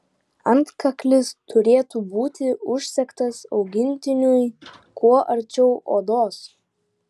antkaklis turėtų būti užsegtas augintiniui kuo arčiau odos